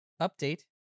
update